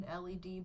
LED